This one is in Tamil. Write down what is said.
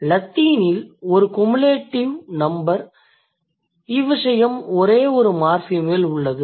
லத்தீனில் ஒரு குமுலேடிவ் நம்பர் இவ்விசயம் ஒரே ஒரு மார்ஃபிமில் உள்ளது